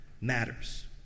matters